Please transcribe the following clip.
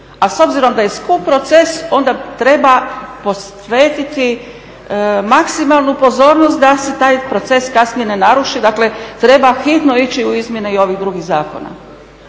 A s obzirom da je skup proces onda treba posvetiti maksimalnu pozornost da se taj proces kasnije ne naruši, dakle treba hitno ići u izmjene i ovih drugih zakona.